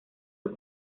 del